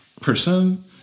person